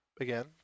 again